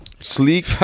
sleek